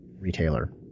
retailer